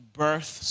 birth